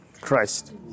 Christ